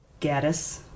Gaddis